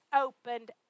opened